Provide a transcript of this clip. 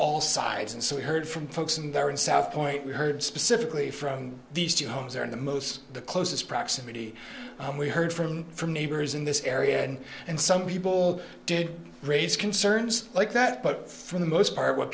all sides and so we heard from folks in there in south point we heard specifically from these two homes are in the most the closest proximity we heard from from neighbors in this area and and some people did raise concerns like that but for the most part what